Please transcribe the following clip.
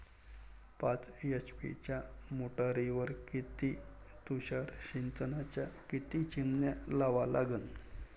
पाच एच.पी च्या मोटारीवर किती तुषार सिंचनाच्या किती चिमन्या लावा लागन?